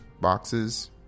boxes